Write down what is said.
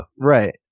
Right